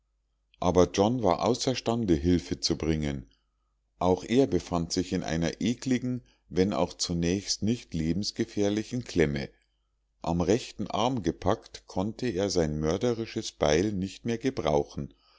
aber john war außerstande hilfe zu bringen auch er befand sich in einer ekligen wenn auch zunächst nicht lebensgefährlichen klemme am rechten arm gepackt konnte er sein mörderisches beil nicht mehr gebrauchen